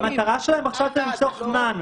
המטרה שלהם עכשיו זה למשוך זמן.